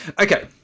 Okay